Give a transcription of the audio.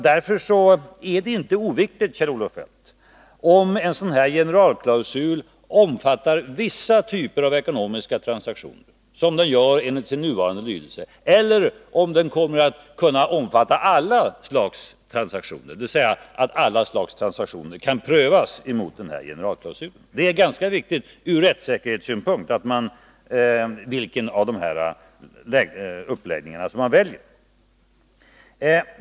Därför är det inte oviktigt, Kjell-Olof Feldt, om en sådan här generalklausul omfattar vissa typer av ekonomiska transaktioner, som den gör enligt sin nuvarande lydelse, eller om den kommer att kunna omfatta alla slags transaktioner, dvs. att alla slags transaktioner kan prövas mot den här generalklausulen. Det är ganska viktigt ur rättssäkerhetssynpunkt vilken av dessa uppläggningar man väljer.